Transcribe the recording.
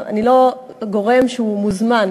אני לא גורם שמוזמן,